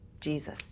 Jesus